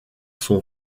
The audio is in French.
son